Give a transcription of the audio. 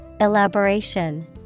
Elaboration